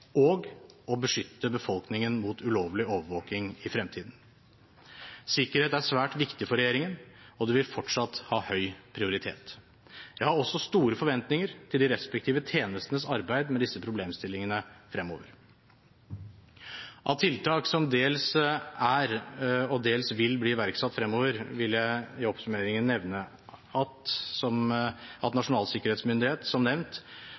og av å beskytte befolkningen mot ulovlig overvåking i fremtiden. Sikkerhet er svært viktig for regjeringen, og det vil fortsatt ha høy prioritet. Jeg har også store forventninger til de respektive tjenestenes arbeid med disse problemstillingene fremover. Av tiltak som dels er og dels vil bli iverksatt fremover, vil jeg i oppsummeringen nevne at Nasjonal sikkerhetsmyndighet, som nevnt,